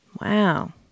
Wow